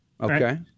Okay